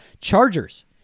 Chargers